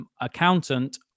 accountant